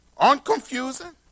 unconfusing